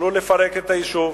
יוכלו לפרק את היישוב,